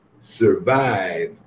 survive